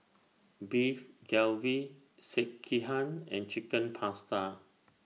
Beef Galbi Sekihan and Chicken Pasta